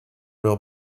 leurs